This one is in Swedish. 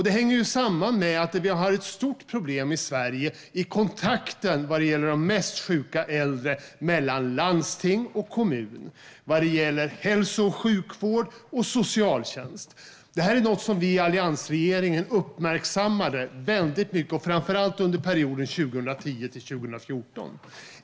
Det hänger samman med att vi har ett stort problem i Sverige i kontakten mellan landsting och kommuner vad gäller de mest sjuka äldre. Det handlar om hälso och sjukvård och socialtjänst. Detta är något som vi i alliansregeringen uppmärksammade mycket, framför allt under perioden 2010-2014.